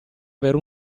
avere